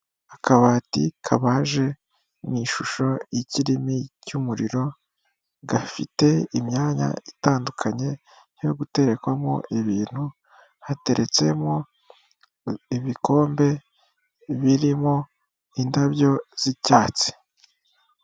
Akabati kabaje mu ishusho y'ikirimi cy'umuriro, gafite imyanya itandukanye yo guterekwamo ibintu, hateretsemo ibikombe birimo indabyo z'icyatsi.